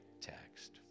text